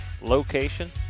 location